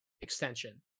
extension